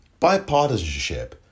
bipartisanship